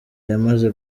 yamaze